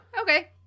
okay